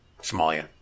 Somalia